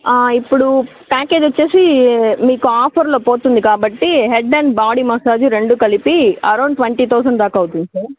ఇప్పుడు ప్యాకేజ్ వచ్చి మీకు ఆఫర్లో పోతుంది కాబట్టి హెడ్ అండ్ బాడీ మసాజ్ రెండూ కలిపి అరౌండ్ ట్వంటీ థౌజండ్ దాకా అవుతుంది సార్